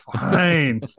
fine